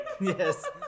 Yes